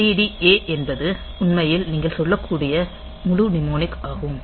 ADD A என்பது உண்மையில் நீங்கள் சொல்லக்கூடிய முழு நிமோனிக் ஆகும்